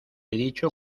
dicho